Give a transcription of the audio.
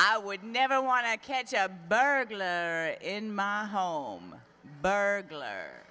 i would never want to catch a burglar in my home burglar